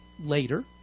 later